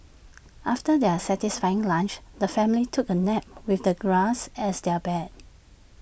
after their satisfying lunch the family took A nap with the grass as their bed